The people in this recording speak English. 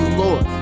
lord